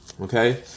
Okay